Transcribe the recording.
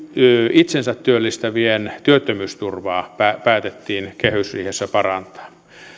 itsensä työllistävien työttömyysturvaa päätettiin kehysriihessä parantaa